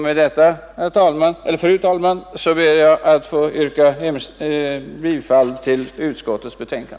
Med detta, fru talman, ber jag att få yrka bifall till utskottets hemställan.